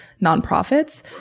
nonprofits